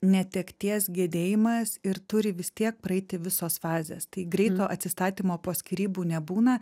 netekties gedėjimas ir turi vis tiek praeiti visos fazės tai greito atsistatymo po skyrybų nebūna